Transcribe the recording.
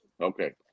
Okay